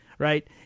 Right